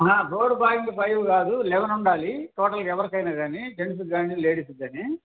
four point five కాదు eleven ఉండాలి టోటల్గా ఎవరికైనా కానీ జెంట్స్కి కానీ లేడీస్కి కానీ